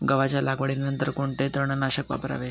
गव्हाच्या लागवडीनंतर कोणते तणनाशक वापरावे?